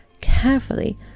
carefully